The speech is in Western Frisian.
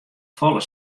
folle